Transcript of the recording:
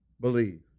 believe